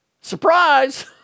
Surprise